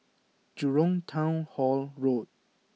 Jurong Town Hall Road